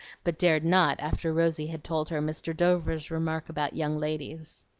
but dared not after rosy had told her mr. dover's remark about young ladies.